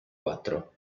quattro